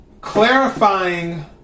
clarifying